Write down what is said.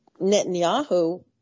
Netanyahu